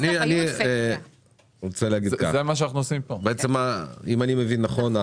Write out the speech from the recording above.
אני רוצה להגיד כך, בעצם אם אני מבין נכון,